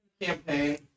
campaign